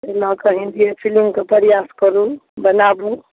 ओहि लऽ कऽ हिन्दीए फिल्मके प्रयास करू बनाबू